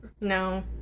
No